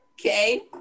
Okay